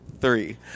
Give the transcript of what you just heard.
three